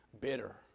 bitter